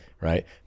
Right